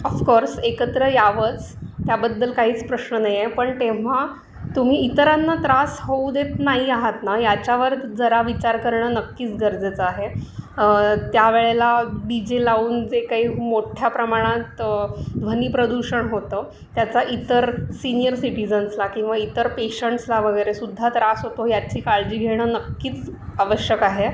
of course एकत्र यावंच त्याबद्दल काहीच प्रश्न नाही आहे पण तेव्हा तुम्ही इतरांना त्रास होऊ देत नाही आहात ना याच्यावर जरा विचार करणं नक्कीच गरजेचं आहे त्या वेळेला डी जे लावून जे काही मोठ्या प्रमाणात ध्वनी प्रदूषण होतं त्याचा इतर सीनियर सिटिजन्सला किंवा इतर पेशंटसला वगरेसुद्धा त्रास होतो याची काळजी घेणं नक्कीच आवश्यक आहे